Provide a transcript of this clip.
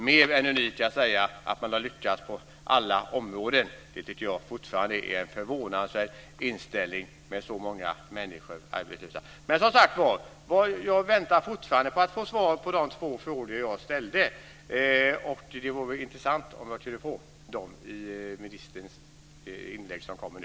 Mer än unikt är att säga att man har lyckats på alla områden. Det tycker jag fortfarande är en förvånansvärd inställning med så många människor arbetslösa. Men som sagt var: Jag väntar fortfarande på att få svar på de två frågor jag ställde, och det vore intressant om jag kunde få det i ministerns inlägg som kommer nu.